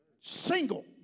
single